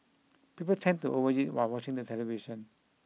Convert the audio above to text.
people tend to overeat while watching the television